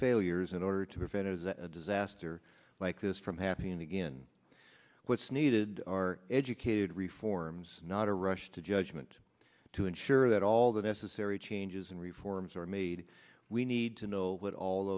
failures in order to prevent it is a disaster like this from happening again what's needed are educated reforms not a rush to judgment to ensure that all the necessary changes and reforms are made we need to know what all